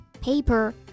paper